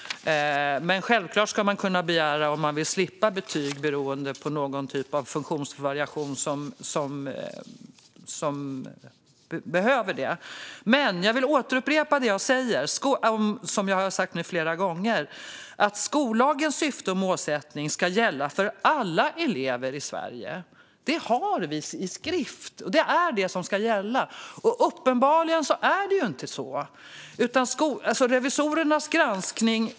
Den som beroende på någon typ av funktionsvariation vill slippa betyg ska dock självklart kunna begära det. Men jag vill upprepa det jag nu har sagt flera gånger: Skollagens syfte och målsättning ska gälla för alla elever i Sverige. Detta har vi i skrift, och det är det som ska gälla. Uppenbarligen är det inte så.